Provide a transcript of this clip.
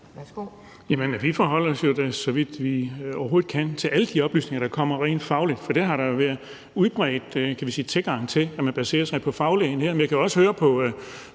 vi forholder os da, så vidt vi overhovedet kan, til alle de oplysninger, der kommer rent fagligt. For der har da været en udbredt tilgang til, at man baserer sig på fagligheden her. Men jeg kan jo også høre på